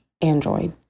android